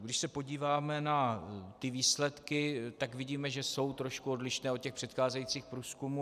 Když se podíváme tady na ty výsledky, tak vidíme, že jsou trošku odlišné od předcházejících průzkumů.